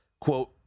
quote